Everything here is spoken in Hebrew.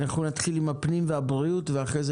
נתחיל עם משרד הפנים ומשרד הבריאות ואחרי כן